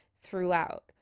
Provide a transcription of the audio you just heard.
throughout